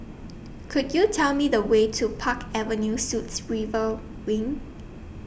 Could YOU Tell Me The Way to Park Avenue Suites River Wing